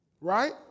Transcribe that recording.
Right